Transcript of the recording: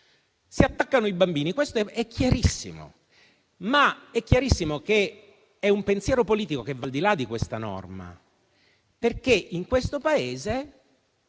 Si attaccano i bambini: questo è chiarissimo. C'è un pensiero politico che va al di là di questa norma, perché in questo Paese